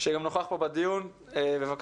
שגם נוכח פה בדיון, בבקשה.